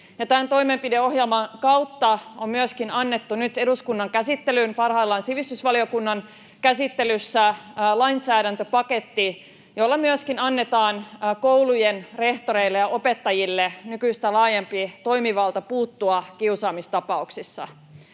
Tämän toimenpideohjelman kautta on myöskin annettu nyt eduskunnan käsittelyyn parhaillaan sivistysvaliokunnan käsittelyssä oleva lainsäädäntöpaketti, jolla myöskin annetaan koulujen rehtoreille ja opettajille nykyistä laajempi toimivalta puuttua kiusaamistapauksissa.